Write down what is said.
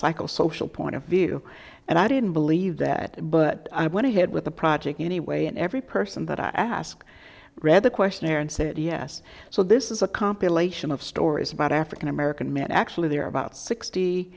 cycle social point of view and i didn't believe that but i went ahead with the project anyway and every person that i asked read the questionnaire and said yes so this is a compilation of stories about african american men actually there are about sixty